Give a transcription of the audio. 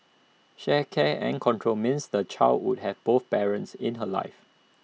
shared care and control meants the child would have both parents in her life